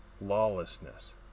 lawlessness